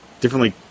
differently